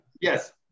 Yes